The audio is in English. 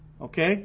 Okay